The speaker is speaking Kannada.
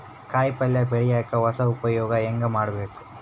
ಕಾಯಿ ಪಲ್ಯ ಬೆಳಿಯಕ ಹೊಸ ಉಪಯೊಗ ಹೆಂಗ ಮಾಡಬೇಕು?